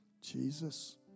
Jesus